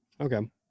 Okay